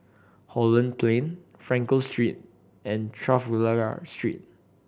Holland Plain Frankel Street and Trafalgar Street